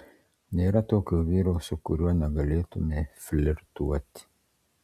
nėra tokio vyro su kuriuo negalėtumei flirtuoti